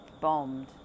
bombed